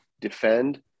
defend